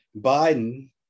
Biden